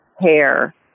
hair